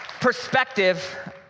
perspective